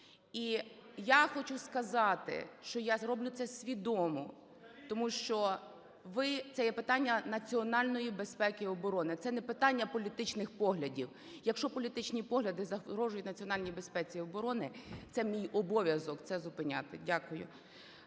І я хочу сказати, що я зроблю це свідомо, тому що ви… це є питання національної безпеки і оборони, це не питання політичних поглядів. Якщо політичні погляди загрожують національній безпеці і обороні, це мій обов'язок – це зупиняти. Дякую.